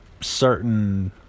Certain